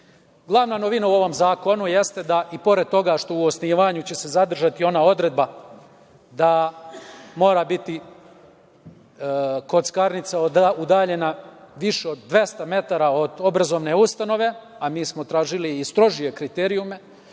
novina u ovom zakonu jeste da, i pored toga što će se u osnivanju zadržati ona odredba da mora biti kockarnica udaljena više od 200 metara od obrazovne ustanove, a mi smo tražili i strožije kriterijume,